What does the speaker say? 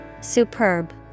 Superb